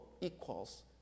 equals